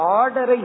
order